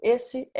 Esse